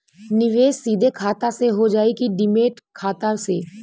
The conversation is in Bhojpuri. निवेश सीधे खाता से होजाई कि डिमेट खाता से?